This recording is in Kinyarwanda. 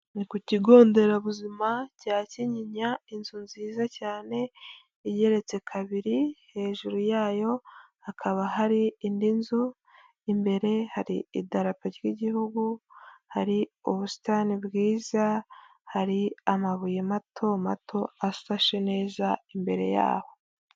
Ni ku Kigo Nderabuzima cya Kinyinya, inzu nziza cyane, igeretse kabiri, hejuru yayo hakaba hari indi nzu, imbere hari idarapo ry'igihugu, hari ubusitani bwiza, hari amabuye mato mato ashashe neza imbere yaho.